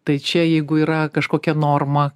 tai čia jeigu yra kažkokia norma